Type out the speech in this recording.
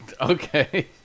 okay